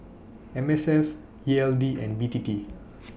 M S F E L D and B T T